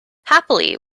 happily